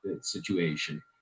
situation